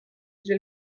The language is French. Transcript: j’ai